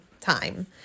time